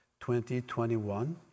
2021